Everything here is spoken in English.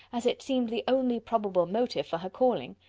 as it seemed the only probable motive for her calling.